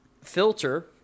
filter